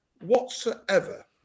whatsoever